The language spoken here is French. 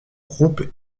groupes